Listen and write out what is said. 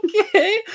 Okay